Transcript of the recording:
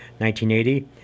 1980